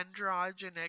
androgenic